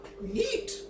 Neat